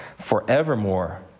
forevermore